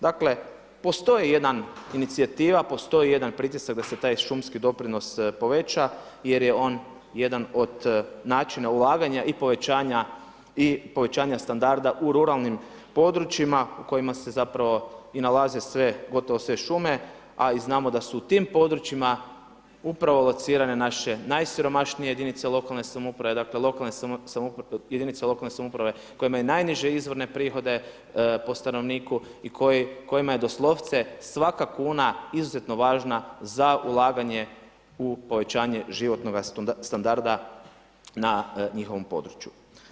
Dakle, postoji jedna inicijativa, postoji jedan pritisak da se taj šumski doprinos poveća jer je on jedan od načina ulaganja i povećanja standarda u ruralnim područjima u kojima se zapravo i nalaze sve, gotovo sve šume a i znamo da su u tim područjima upravo locirane naše najsiromašnije jedinice lokalne samouprave, dakle jedinice lokalne samouprave koje imaju najniže izvorne prihode po stanovniku i kojima je doslovce svaka kuna izuzetno važna za ulaganje u povećanje životnog standarda na njihovom području.